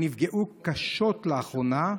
שנפגעו קשות לאחרונה,